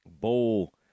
bowl